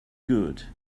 good